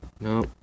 No